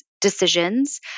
decisions